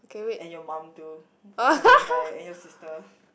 and your mum too for coming by and your sister